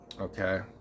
Okay